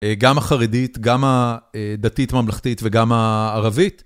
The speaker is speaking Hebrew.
גם החרדית, גם הדתית-ממלכתית וגם הערבית.